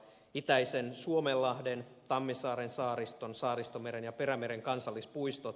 itäisen suomenlahden tammisaaren saariston saaristomeren ja perämeren kansallispuistot